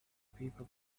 people